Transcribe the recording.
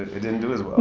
it didn't do as